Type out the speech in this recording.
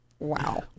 Wow